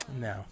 No